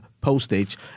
postage